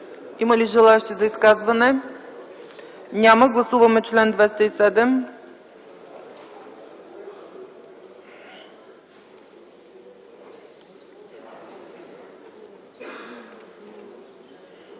Има ли желаещи за изказване? Няма. Гласуваме чл. 210